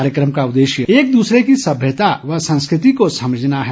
कार्यक्रम का उद्देश्य एक दूसरे की सभ्यता व संस्कृति को समझना है